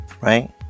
Right